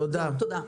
תודה.